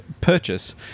purchase